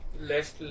Left